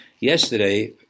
yesterday